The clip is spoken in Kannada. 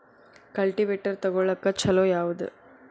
ಕಲ್ಟಿವೇಟರ್ ತೊಗೊಳಕ್ಕ ಛಲೋ ಯಾವದ?